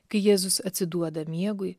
kai jėzus atsiduoda miegui